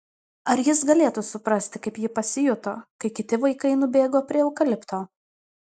ar jis galėtų suprasti kaip ji pasijuto kai kiti vaikai nubėgo prie eukalipto